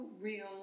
real